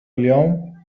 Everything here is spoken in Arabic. اليوم